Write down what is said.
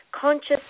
Conscious